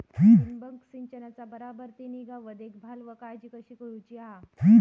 ठिबक संचाचा बराबर ती निगा व देखभाल व काळजी कशी घेऊची हा?